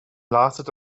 lasted